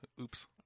Oops